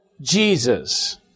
Jesus